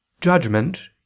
judgment